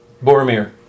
Boromir